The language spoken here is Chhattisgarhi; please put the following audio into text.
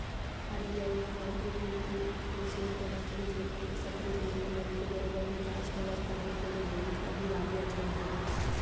आर.बी.आई ह मौद्रिक नीति ए सोच बनाथे जेखर ले सब्बो बेंक मन के बरोबर बिकास होवत राहय कोनो बेंक ह दिवालिया झन होवय